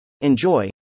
Enjoy